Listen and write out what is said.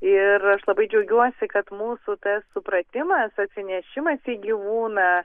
ir aš labai džiaugiuosi kad mūsų supratimas atsinešimas į gyvūną